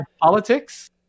politics